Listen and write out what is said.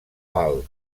alt